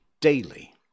Daily